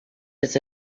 his